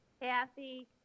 Kathy